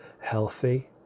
healthy